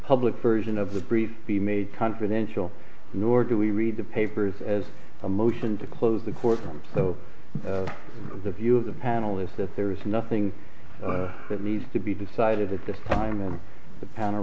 public version of the briefs be made confidential nor do we read the papers as a motion to close the courtroom so the view of the panel is that there is nothing that needs to be decided at this time and the pan